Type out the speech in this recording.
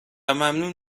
ممنون